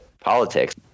politics